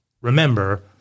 remember